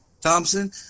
Thompson